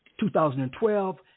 2012